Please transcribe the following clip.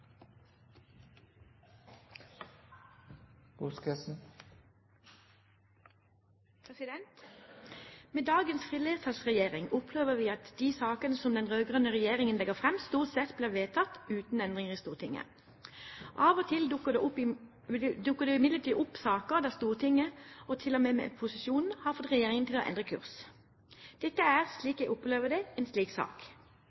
vedtatt. Med dagens flertallsregjering opplever vi at de sakene som den rød-grønne regjeringen legger fram, stort sett blir vedtatt uten endringer i Stortinget. Av og til dukker det imidlertid opp saker der Stortinget, og til og med opposisjonen, har fått regjeringen til å endre kurs. Dette er, slik